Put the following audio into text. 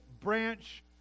branch